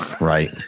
Right